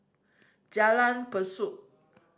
Jalan Besut